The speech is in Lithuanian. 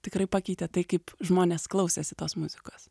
tikrai pakeitė tai kaip žmonės klausėsi tos muzikos